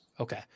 Okay